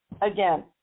Again